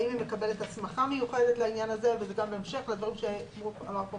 האם היא מקבלת הסמכה מיוחדת לעניין הזה וזה גם בהמשך לדברים שאמר אתמול